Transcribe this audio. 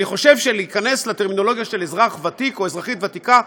אני חושב שלהיכנס לטרמינולוגיה של "אזרח ותיק" או "אזרחית ותיקה"